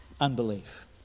unbelief